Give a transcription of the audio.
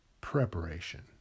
preparation